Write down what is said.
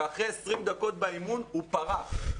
ואחרי 20 דקות באימון הוא פרח.